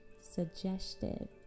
Suggestive